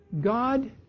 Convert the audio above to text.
God